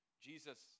Jesus